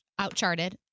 outcharted